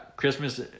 Christmas